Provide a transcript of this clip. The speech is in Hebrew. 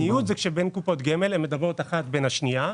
ניוד קורה בין קופות גמל, שמדברות אחת עם השנייה,